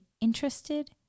interested